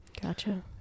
Gotcha